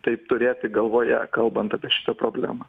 tai turėti galvoje kalbant apie šitą problemą